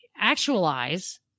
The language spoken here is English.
actualize